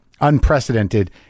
unprecedented